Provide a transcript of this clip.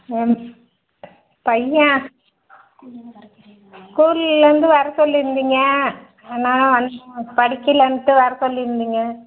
என் பையன் ஸ்கூல்லேருந்து வர சொல்லியிருந்தீங்க அதனால் வந்தேன் படிக்கலைன்ட்டு வர சொல்லியிருந்தீங்க